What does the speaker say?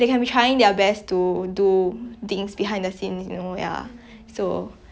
so what what what about your third wish what do you what do you wish for